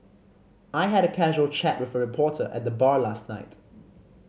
I had a casual chat with a reporter at the bar last night